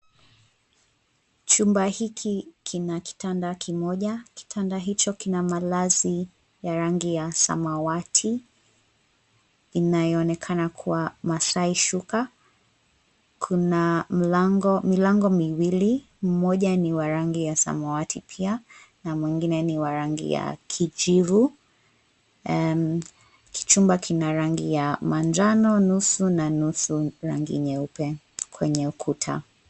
Chumba hiki kina kitanda kimoja. Kitanda hicho kina malazi ya rangi ya samawati inayoonekana kuwa masaai shuka. Kuna milango miwili mmoja ni wa rangi ya samawati pia na mwigine ni wa rangi ya kijivu. Chumba kina rangi ya majano nusu, na nusu rangi nyeupe kwenye ukuta.